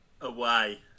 Away